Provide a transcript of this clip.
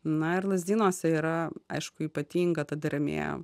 na ir lazdynuose yra aišku ypatinga ta dermė